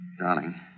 Darling